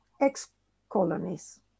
ex-colonies